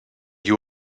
you